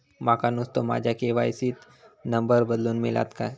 माका नुस्तो माझ्या के.वाय.सी त नंबर बदलून मिलात काय?